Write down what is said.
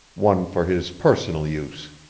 one for his personal use.